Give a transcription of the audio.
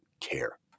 care